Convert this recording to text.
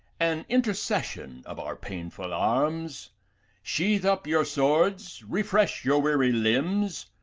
an intercession of our painful arms sheath up your swords, refresh your weary limbs,